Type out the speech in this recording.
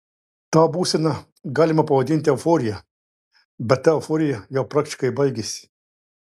tą būseną galima pavadinti euforija bet ta euforija jau praktiškai baigėsi